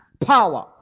Power